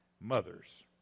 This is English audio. Mothers